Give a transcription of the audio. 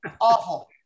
awful